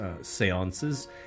seances